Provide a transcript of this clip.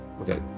Okay